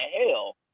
hell